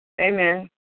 Amen